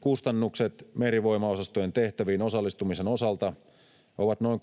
Kustannukset merivoimaosastojen tehtäviin osallistumisen osalta ovat noin